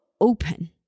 open